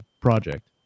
project